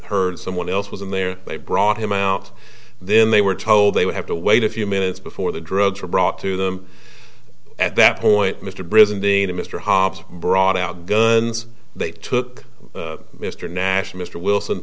heard someone else was in there they brought him out then they were told they would have to wait a few minutes before the drugs were brought to them at that point mr brzezinski and mr hobbs brought out guns they took mr nash mr wilson